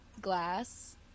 glass